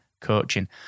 coaching